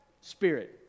spirit